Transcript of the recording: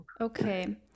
okay